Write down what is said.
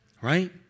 right